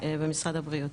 במשרד הבריאות.